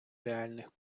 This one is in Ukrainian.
реальних